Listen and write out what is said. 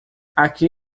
aqui